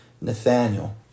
Nathaniel